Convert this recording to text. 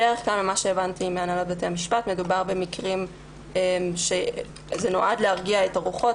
בדרך כלל ממה שהבנתי מהנהלת בתי המשפט זה נועד להרגיע את הרוחות,